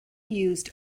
used